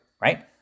right